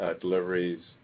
deliveries